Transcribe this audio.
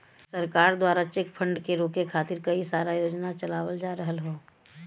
सरकार दवारा cheque fraud के रोके खातिर कई सारा योजना चलावल जा रहल हौ